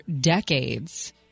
decades